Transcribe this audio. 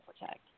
protect